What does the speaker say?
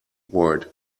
world